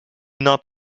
not